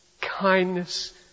kindness